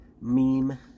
meme